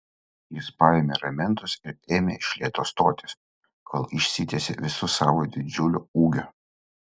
jis paėmė ramentus ir ėmė iš lėto stotis kol išsitiesė visu savo didžiuliu ūgiu